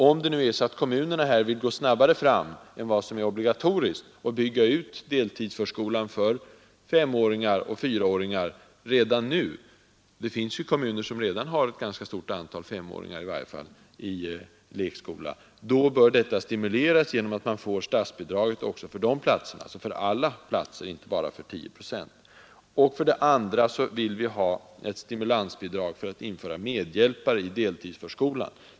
Om kommunerna vill gå snabbare fram än vad som är obligatoriskt och bygga ut deltidsförskolan för 4—S5-åringar redan nu — det finns ju kommuner som redan har ett ganska stort antal femåringar i lekskolan — bör detta stimuleras genom att de får statsbidrag också för dessa platser, alltså för alla platser och inte bara för tio procent. Vidare vill vi ha ett stimulansbidrag för att införa medhjälpare i deltidsförskolan.